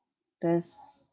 there's